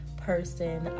Person